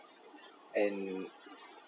and